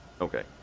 okay